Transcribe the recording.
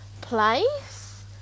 place